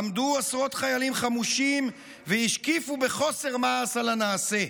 עמדו עשרות חיילים חמושים והשקיפו בחוסר מעש על הנעשה.